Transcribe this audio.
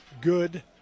good